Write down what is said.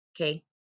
Okay